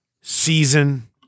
season